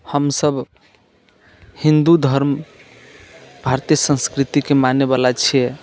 हमसभ हिन्दू धर्म भारतीय संस्कृतिके मानयवला छियै